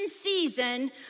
season